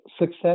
success